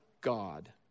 God